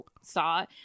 saw